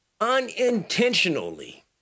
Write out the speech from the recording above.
unintentionally